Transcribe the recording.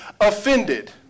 offended